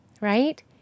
right